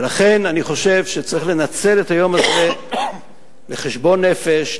לכן אני חושב שצריך לנצל את היום הזה לחשבון נפש,